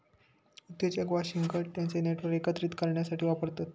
उद्योजक वांशिक गट त्यांचे नेटवर्क एकत्रित करण्यासाठी वापरतात